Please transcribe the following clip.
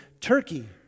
Turkey